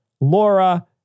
Laura